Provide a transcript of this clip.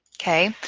okay?